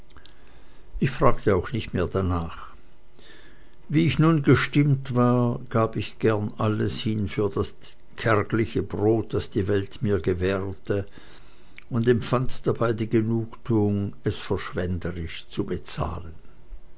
ich fragte auch nicht mehr darnach wie ich nun gestimmt war gab ich gern alles hin für das kärgliche brot das die welt mir gewährte und empfand dabei die genugtuung es verschwenderisch zu bezahlen